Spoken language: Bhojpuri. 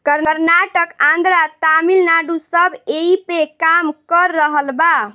कर्नाटक, आन्द्रा, तमिलनाडू सब ऐइपे काम कर रहल बा